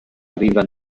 arriva